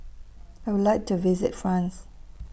I Would like to visit France